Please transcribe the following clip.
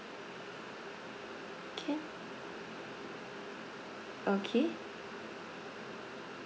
can okay